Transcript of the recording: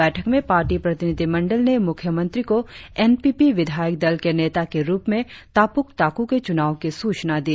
बैठक मे पार्टी प्रतिनिधिमंडल ने मुख्यमंत्री को एन पी पी विधायक दल के नेता के रुप में तापुक ताकु के चुनाव की सूचना दी